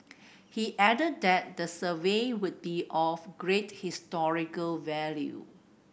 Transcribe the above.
he added that the survey would be of great historical value